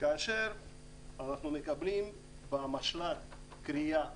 כאשר אנחנו מקבלים במשל"ט קריאה